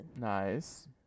Nice